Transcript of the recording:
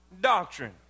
doctrine